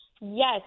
Yes